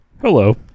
Hello